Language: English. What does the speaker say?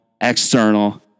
external